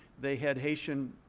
they had haitian